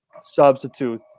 substitute